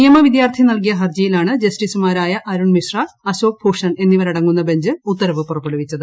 നിയമ വിദ്യാർത്ഥി നൽകിയ ഹർജിയിലാണ് ജസ്റ്റിസുമാരായ അരുൺ മിശ്ര അശോക് ഭൂഷൺ എന്നിവരടങ്ങുന്ന ബഞ്ച് ഉത്തരവ് പുറപ്പെട്ടുവിച്ചത്